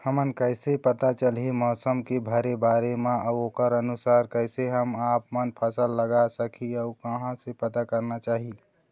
हमन कैसे पता चलही मौसम के भरे बर मा अउ ओकर अनुसार कैसे हम आपमन फसल लगा सकही अउ कहां से पता करना चाही?